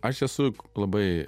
aš esu labai